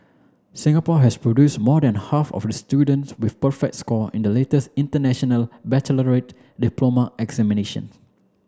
Singapore has produce more than half of the students with perfect score in the latest International Baccalaureate diploma examination